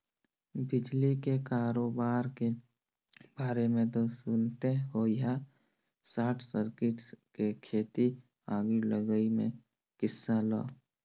बिजली के करोबार के बारे मे तो सुनते होइहा सार्ट सर्किट के सेती आगी लगई के किस्सा ल